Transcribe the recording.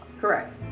Correct